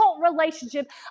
relationship